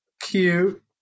Cute